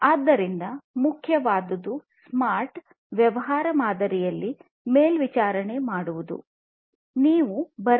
ಆದ್ದರಿಂದ ಸ್ಮಾರ್ಟ್ ವ್ಯವಹಾರ ಮಾದರಿಯಲ್ಲಿ ಮೇಲ್ವಿಚಾರಣೆ ಮಾಡುವುದು ಮುಖ್ಯವಾದುದು